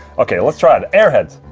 ok, let's try it, airheads